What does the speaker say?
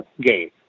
game